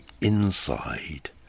inside